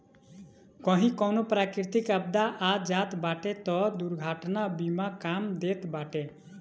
कही कवनो प्राकृतिक आपदा आ जात बाटे तअ दुर्घटना बीमा काम देत बाटे